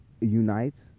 unites